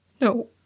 No